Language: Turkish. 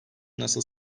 nasıl